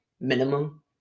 Minimum